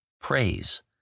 praise